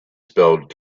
spelled